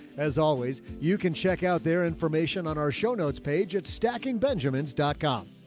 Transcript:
as always, you can check out their information on our show notespage at stackingbenjamins dot com